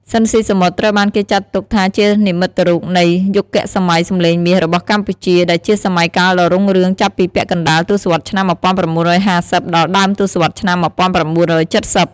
ស៊ីន ស៊ីសាមុត ត្រូវបានគេចាត់ទុកថាជានិមិត្តរូបនៃ យុគសម័យសំលេងមាស របស់កម្ពុជា ដែលជាសម័យកាលដ៏រុងរឿងចាប់ពីពាក់កណ្ដាលទសវត្សរ៍ឆ្នាំ ១៩៥០ ដល់ដើមទសវត្សរ៍ឆ្នាំ ១៩៧០ ។